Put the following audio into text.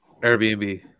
Airbnb